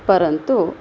परन्तु